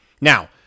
Now